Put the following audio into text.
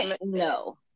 No